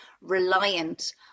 reliant